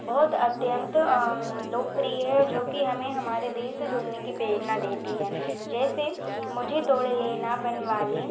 बहुत अत्यंत लोकप्रिय है जो कि हमें हमारे देश से जुड़ने की प्रेरणा देती है जैसे मुझे तोड़ लेना वन माली